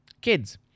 kids